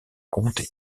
comté